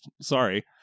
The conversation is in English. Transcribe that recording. sorry